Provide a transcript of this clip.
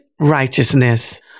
righteousness